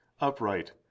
upright